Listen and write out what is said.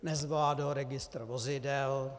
Nezvládlo registr vozidel.